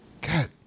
God